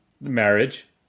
marriage